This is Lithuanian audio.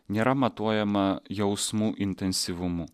nėra matuojama jausmų intensyvumu